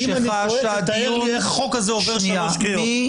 אחרת תתאר לי איך החוק הזה יעבור שלוש קריאות.